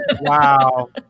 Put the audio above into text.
Wow